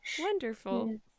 wonderful